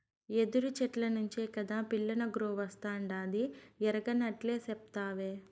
యెదురు చెట్ల నుంచే కాదా పిల్లనగ్రోవస్తాండాది ఎరగనట్లే సెప్తావే